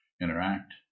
interact